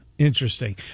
Interesting